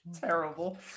terrible